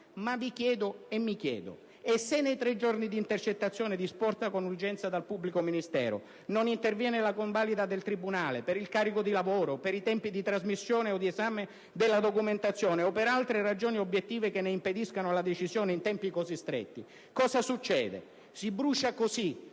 Mi chiedo e vi chiedo: e se nei tre giorni d'intercettazione disposta con urgenza dal pubblico ministero non interviene la convalida del tribunale (per il carico di lavoro, per i tempi di trasmissione o di esame della documentazione o per altre ragioni obiettive che ne impediscano la decisione in tempi così stretti) cosa succede? Si brucia così,